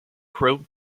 crow